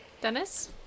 Dennis